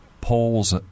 polls